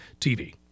TV